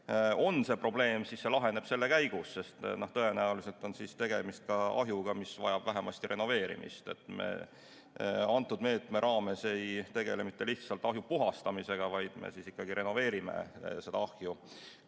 on see probleem, siis see laheneb selle käigus, sest tõenäoliselt on [sel juhul] tegemist ka ahjuga, mis vajab vähemasti renoveerimist. Me antud meetme raames ei tegele mitte lihtsalt ahju puhastamisega, vaid me ikkagi renoveerime seda ahju,